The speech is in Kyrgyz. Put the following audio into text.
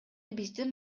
биздин